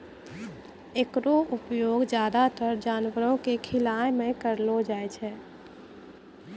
एकरो उपयोग ज्यादातर जानवरो क खिलाय म करलो जाय छै